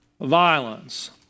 violence